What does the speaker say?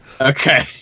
Okay